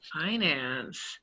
Finance